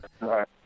Right